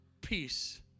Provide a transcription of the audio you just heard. peace